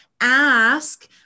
ask